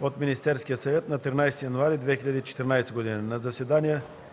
от Министерския съвет на 13 януари 2014 г.